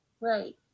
Right